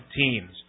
teams